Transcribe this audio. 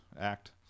act